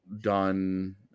done